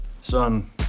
Son